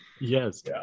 Yes